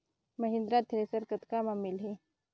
Mahindra thresher कतका म मिलही?